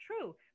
True